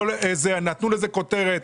נתנו לזה כותרת,